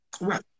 right